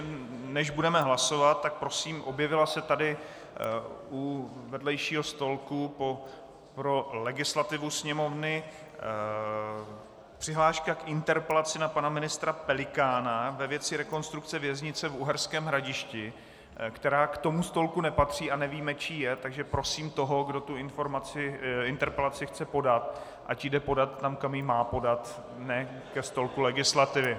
Než budeme hlasovat, tak prosím objevila se tady u vedlejšího stolku pro legislativu Sněmovny přihláška k interpelaci na pana ministra Pelikána ve věci rekonstrukce věznice v Uherském Hradišti, která k tomu stolku nepatří, a nevíme, čí je, takže prosím toho, kdo tu interpelaci chce podat, ať ji jde podat tam, kam ji má podat, ne ke stolku legislativy.